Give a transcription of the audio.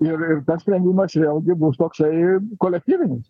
ir ir tas sprendimas vėlgi bus toksai kolektyvinis